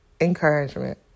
encouragement